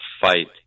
fight